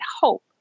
hope